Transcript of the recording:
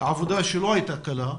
עבודה שלא הייתה קלה,